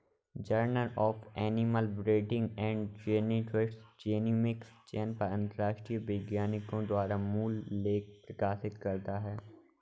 journal of animal breeding and genetics genomic चयन पर अंतरराष्ट्रीय वैज्ञानिकों द्वारा मूल लेख प्रकाशित करता है